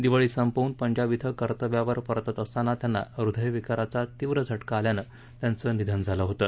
दिवाळी संपवून पंजाब इथं कर्तव्यावर परतत असतांना त्यांना ह्वदयविकाराचा तीव्र झटका आल्यानं त्यांचं निधन झालं होतं